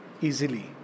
easily